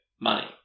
Money